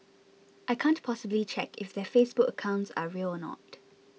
I can't possibly check if their Facebook accounts are real or not